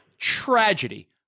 tragedy